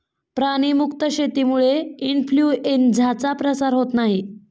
प्राणी मुक्त शेतीमुळे इन्फ्लूएन्झाचा प्रसार होत नाही